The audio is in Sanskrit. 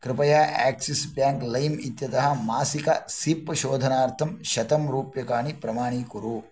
कृपया आक्सिस् ब्याङ्क् लैम् इत्यतः मासिक सिप् शोधनार्थं शतं रूप्यकाणि प्रमाणीकुरु